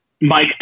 Mike